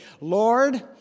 Lord